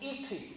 eating